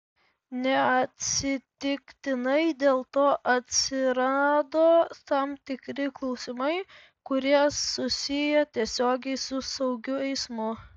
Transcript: neatsitiktinai dėl to atsirado tam tikri klausimai kurie susiję tiesiogiai su saugiu eismu